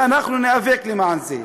ואנחנו ניאבק למען זה.